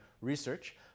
research